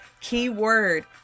Keyword